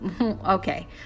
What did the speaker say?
Okay